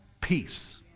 peace